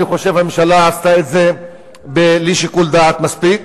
אני חושב שהממשלה עשתה את זה בלי שיקול דעת מספיק,